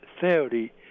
theory